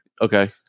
Okay